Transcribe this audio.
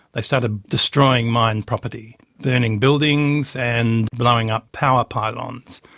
they started destroying mine property, burning buildings and blowing up power pylons.